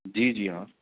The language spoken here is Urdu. جی جی ہاں